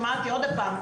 שמעתי עוד פעם,